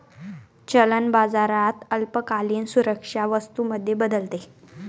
चलन बाजारात अल्पकालीन सुरक्षा वस्तू मध्ये बदलते